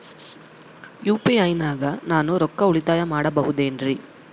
UPI ನಾಗ ನಾನು ರೊಕ್ಕ ಉಳಿತಾಯ ಮಾಡಬಹುದೇನ್ರಿ?